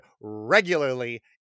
regularly